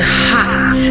hot